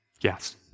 Yes